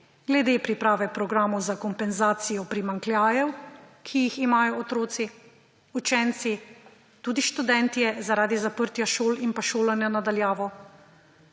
glede priprave programov za kompenzacijo primanjkljajev, ki jih imamo otroci, učenci, tudi študentje zaradi zaprtja šol in pa šolanja na daljavo,